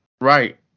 right